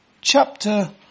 chapter